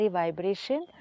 vibration